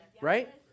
right